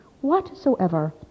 whatsoever